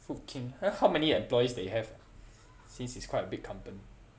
food king then how many employees they have since it's quite a big company